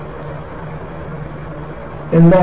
ReferSlide Time 2513